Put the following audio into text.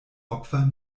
opfer